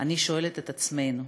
אני שואלת את עצמנו: